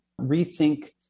rethink